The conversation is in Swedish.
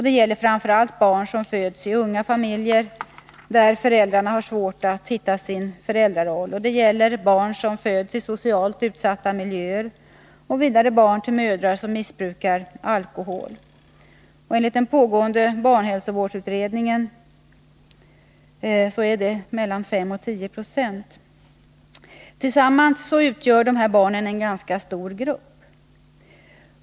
Det gäller framför allt barn som föds i unga familjer, där föräldrarna har svårt att finna sin föräldraroll, och det gäller barn som föds i socialt utsatta miljöer och vidare barn till mödrar som missbrukar alkohol — enligt den pågående barnhälsovårdsutredningen missbrukar 5—-10 26 av mödrarna alkohol. Tillsammans utgör dessa barn en ganska stor grupp.